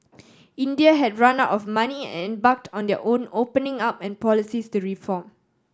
India had run out of money and embarked on their own opening up and policies to reform